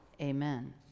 Amen